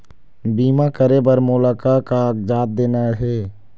बीमा करे बर मोला का कागजात देना हे?